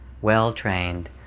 well-trained